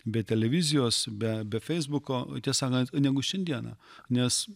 bet televizijos be be feisbuko tiesą sakant negu šiandieną nes